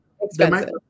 expensive